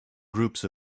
groups